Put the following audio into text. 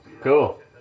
Cool